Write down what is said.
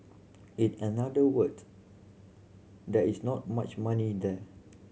in another words there is not much money there